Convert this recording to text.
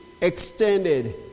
extended